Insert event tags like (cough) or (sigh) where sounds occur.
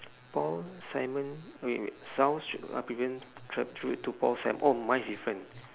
(noise) paul simon wait wait south (noise) pavillon tri~ tribute to paul si~ oh mine is different